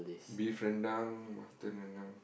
beef rendang mutton rendang